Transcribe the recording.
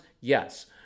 yes